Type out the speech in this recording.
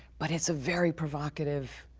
but it's a very provocative,